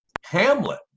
Hamlet